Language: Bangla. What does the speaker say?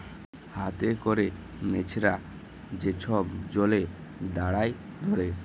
হাতে ক্যরে মেছরা যে ছব জলে দাঁড়ায় ধ্যরে